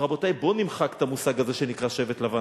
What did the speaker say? רבותי, בואו נמחק את המושג הזה שנקרא "שבט לבן".